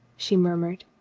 she murmured.